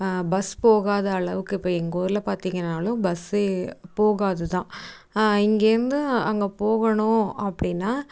bus போகாத அளவுக்கு இப்போ எங்கள் ஊரில் பார்த்தீங்கனாலும் பஸ்ஸே போகாது தான் இங்கேர்ந்து அங்கே போகணும் அப்படின்னா